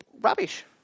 rubbish